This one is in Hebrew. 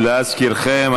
להזכירכם,